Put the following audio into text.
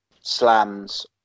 slams